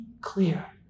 clear